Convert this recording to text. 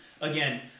again